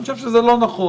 אני חושב שזה לא נכון.